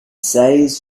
says